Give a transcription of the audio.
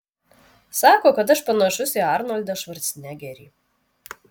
sako kad aš panašus į arnoldą švarcnegerį